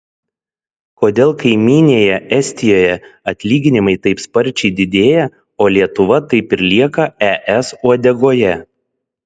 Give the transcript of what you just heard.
kodėl kaimynėje estijoje atlyginimai taip sparčiai didėja o lietuva taip ir lieka es uodegoje